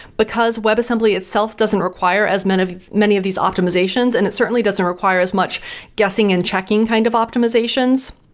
because web assembly itself doesn't require as many of many of these optimizations and it certainly doesn't require as much guessing and checking kind of optimizations,